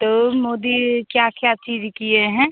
तो मोदी क्या क्या चीज़ किए हैं